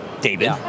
David